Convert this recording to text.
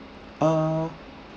uh